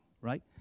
right